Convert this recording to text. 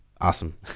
awesome